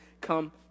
come